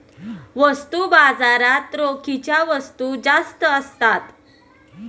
वस्तू बाजारात रोखीच्या वस्तू जास्त असतात